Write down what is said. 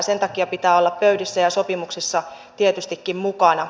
sen takia pitää olla pöydissä ja sopimuksissa tietystikin mukana